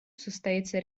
состоится